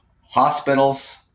Hospitals